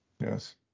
Yes